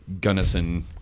Gunnison